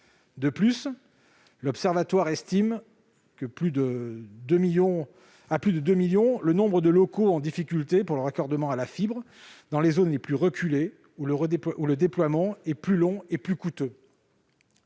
De plus, l'Observatoire estime à plus de 2 millions le nombre de locaux en difficulté pour un raccordement à la fibre dans les zones les plus reculées, où le déploiement est plus long et plus coûteux.